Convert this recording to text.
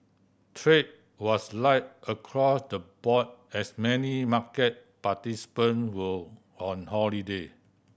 trade was light across the board as many market participant were on holiday